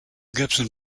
gibson